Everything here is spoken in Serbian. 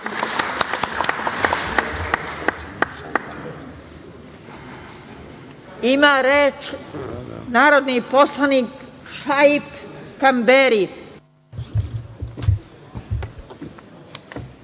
Ima reč narodni poslanik, Šaip Kamberi.